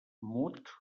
mut